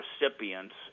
recipients